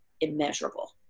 immeasurable